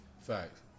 Facts